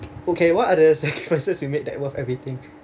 okay what are the sacrifices you made that worth everything